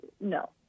no